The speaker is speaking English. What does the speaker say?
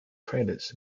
credits